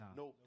no